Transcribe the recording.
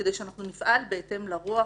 כדי שאנחנו נפעל בהתאם לרוח